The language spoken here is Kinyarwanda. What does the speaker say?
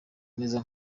neza